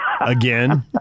Again